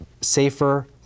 safer